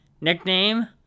Nickname